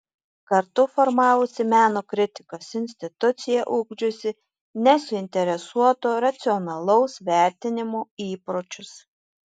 kartu formavosi meno kritikos institucija ugdžiusi nesuinteresuoto racionalaus vertinimo įpročius